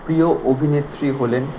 প্রিয় অভিনেত্রী হলেন